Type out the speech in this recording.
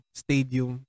stadium